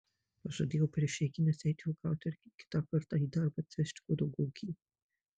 pažadėjau per išeigines eiti uogauti ir kitą kartą į darbą atsivežti kuo daugiau uogienės